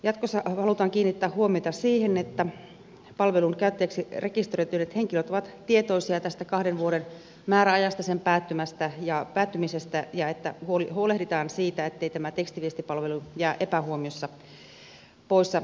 jatkossa halutaan kiinnittää huomiota siihen että palvelun käyttäjiksi rekisteröityneet henkilöt ovat tietoisia tästä kahden vuoden määräajasta sen päättymisestä ja että huolehditaan siitä ettei tämä tekstiviestipalvelu jää epähuomiossa pois käytöstä